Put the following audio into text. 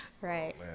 Right